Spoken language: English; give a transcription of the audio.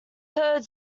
heard